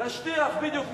להשטיח, בדיוק.